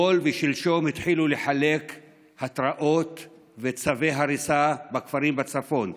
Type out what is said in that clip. אתמול ושלשום לחלק התראות וצווי הריסה בכפרים בצפון.